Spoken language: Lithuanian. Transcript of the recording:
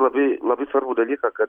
labai labai svarbų dalyką kad